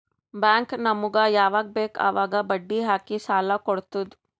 bank ನಮುಗ್ ಯವಾಗ್ ಬೇಕ್ ಅವಾಗ್ ಬಡ್ಡಿ ಹಾಕಿ ಸಾಲ ಕೊಡ್ತುದ್